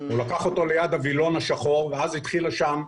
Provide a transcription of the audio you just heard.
הוא לקח אותו ליד הווילון השחור ואז התחילה שם